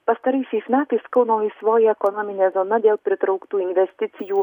pastaraisiais metais kauno laisvoji ekonominė zona dėl pritrauktų investicijų